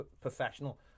professional